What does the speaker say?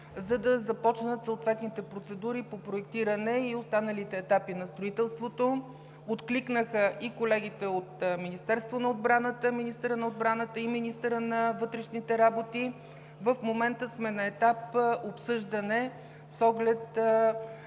за да започнат съответните процедури на проектиране и останалите етапи на строителството. Откликнаха и министърът на отбраната, и министърът на вътрешните работи. В момента сме на етап обсъждане с оглед